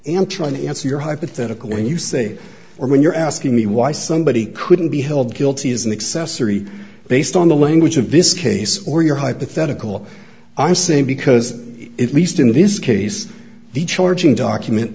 am trying to answer your hypothetical when you say or when you're asking me why somebody couldn't be held guilty as an accessory based on the language of this case or your hypothetical i'm saying because it least in this case the charging document